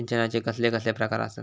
सिंचनाचे कसले कसले प्रकार आसत?